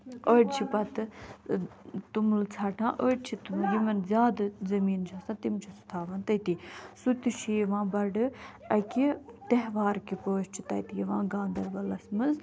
أڈۍ چھِ پَتہٕ توٚمُل ژھٹان أڈۍ چھِ یِمَن زیٛادٕ زٔمیٖن چھِ آسان تِم چھِ سُہ تھاوان تٔتی سُہ تہِ چھِ یِوان بَڑٕ اکہِ تیٚہوار کہِ پٲٹھۍ چھُ تتہِ یِوان گاندربلس منٛز